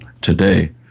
today